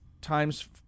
times